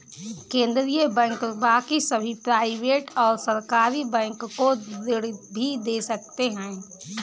केन्द्रीय बैंक बाकी सभी प्राइवेट और सरकारी बैंक को ऋण भी दे सकते हैं